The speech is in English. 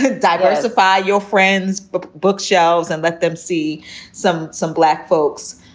ah diversify your friends but bookshelves and let them see some some black folks,